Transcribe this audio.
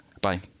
Bye